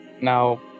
Now